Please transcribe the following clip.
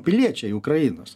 piliečiai ukrainos